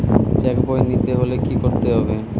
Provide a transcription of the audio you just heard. Check বই নিতে হলে কি করতে হবে?